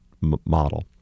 model